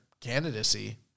candidacy